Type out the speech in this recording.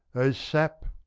o sap!